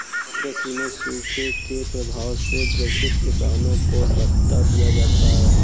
कृषि में सूखे के प्रभाव से ग्रसित किसानों को भत्ता दिया जाता है